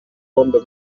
pombe